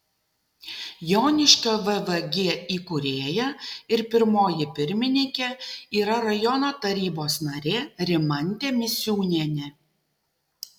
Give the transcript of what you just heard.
joniškio vvg įkūrėja ir pirmoji pirmininkė yra rajono tarybos narė rimantė misiūnienė